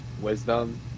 Wisdom